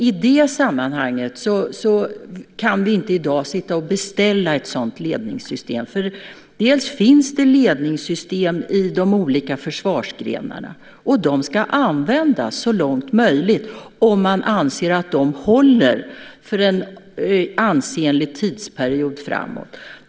I det sammanhanget kan vi inte i dag sitta och beställa ett ledningssystem. Det finns ledningssystem i de olika försvarsgrenarna som ska användas så långt som det är möjligt om man anser att de håller för en ansenlig tidsperiod framåt.